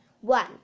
One